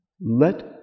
Let